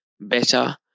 better